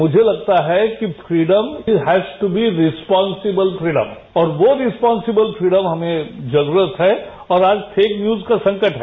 मुझे लगता है कि freedom has to be responsible freedom और वो रिस्पान्सिबल फ्रीडम की हमें जरूरत है और आज फेक न्यूज का संकट है